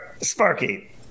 sparky